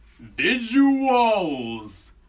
visuals